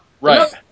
Right